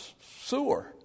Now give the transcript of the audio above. sewer